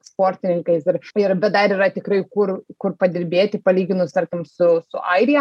sportininkais ir bet dar yra tikrai kur kur padirbėti palyginus tarkim su su airija